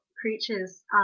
creatures